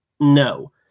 No